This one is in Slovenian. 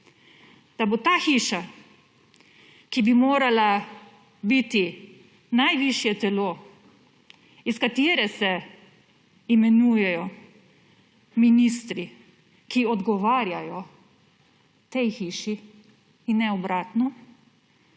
Da bo ta hiša, ki bi morala biti najvišje telo, iz katere se imenujejo ministri, ki odgovarjajo tej hiši, in ne obratno,